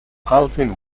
alvin